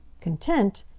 content!